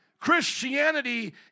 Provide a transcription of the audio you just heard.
Christianity